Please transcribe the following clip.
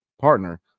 partner